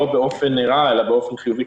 לא באופן רע אלא באופן חיובי,